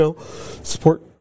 support